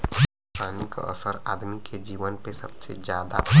पानी क असर आदमी के जीवन पे सबसे जादा पड़ला